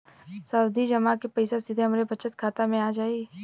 सावधि जमा क पैसा सीधे हमरे बचत खाता मे आ जाई?